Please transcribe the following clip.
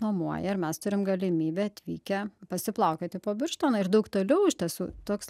nuomoja ir mes turim galimybę atvykę pasiplaukioti po birštoną ir daug toliau iš tiesų toks